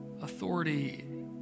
authority